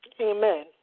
Amen